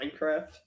Minecraft